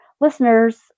listeners